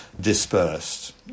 dispersed